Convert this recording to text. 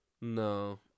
No